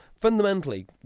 fundamentally